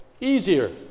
easier